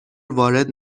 وارد